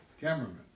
cameraman